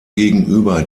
gegenüber